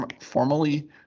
formally